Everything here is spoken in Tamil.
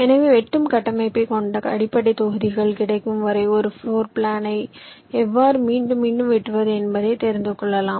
எனவே வெட்டும் கட்டமைப்பை கொண்டு அடிப்படை தொகுதிகள் கிடைக்கும் வரை ஒரு பிளோர் பிளானை எவ்வாறு மீண்டும் மீண்டும் வெட்டுவது என்பதை தெரிந்துகொள்ளலாம்